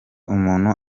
umuntu